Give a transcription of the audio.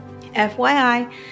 FYI